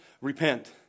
repent